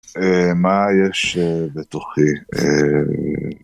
מה יש בתוכי.